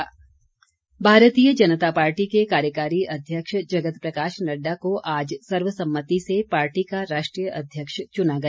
भाजपा अध्यक्ष भारतीय जनता पार्टी के कार्यकारी अध्यक्ष जगत प्रकाश नड्डा को आज सर्वसम्मति से पार्टी का राष्ट्रीय अध्यक्ष चुना गया